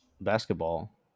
Basketball